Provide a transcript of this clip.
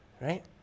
right